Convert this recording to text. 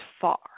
far